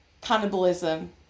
cannibalism